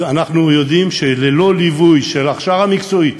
אנחנו יודעים שללא ליווי של הכשרה מקצועית